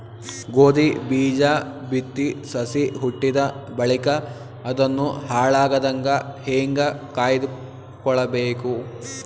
ಗೋಧಿ ಬೀಜ ಬಿತ್ತಿ ಸಸಿ ಹುಟ್ಟಿದ ಬಳಿಕ ಅದನ್ನು ಹಾಳಾಗದಂಗ ಹೇಂಗ ಕಾಯ್ದುಕೊಳಬೇಕು?